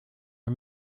are